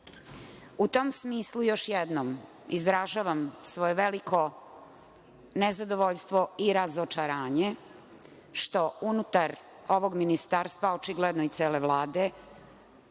tom smislu, još jednom izražavam svoje veliko nezadovoljstvo i razočaranje što unutar ovog Ministarstva, a očigledno i cele Vlade,